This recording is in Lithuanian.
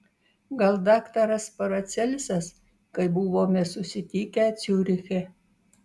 gal daktaras paracelsas kai buvome susitikę ciuriche